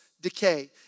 decay